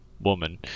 woman